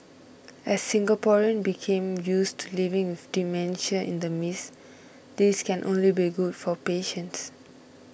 as Singaporeans became used to living with dementia in the midst this can only be good for patients